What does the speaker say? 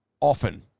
often